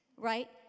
right